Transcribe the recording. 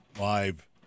live